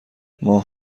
ماه